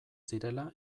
zirela